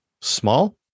small